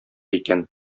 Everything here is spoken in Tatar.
икән